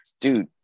dude